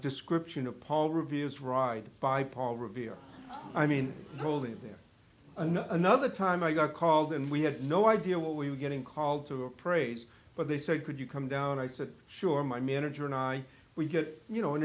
description of paul revere's ride by paul revere i mean really there another time i got called and we had no idea what we were getting called to appraise but they said could you come down i said sure my manager and i will get you know an